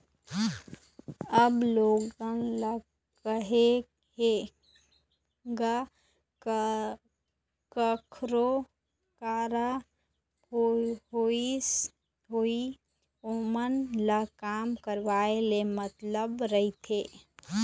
अब लोगन ल काय हे गा कखरो करा होवय ओमन ल काम करवाय ले मतलब रहिथे